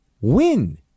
win